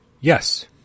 Yes